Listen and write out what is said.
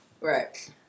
Right